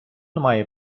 має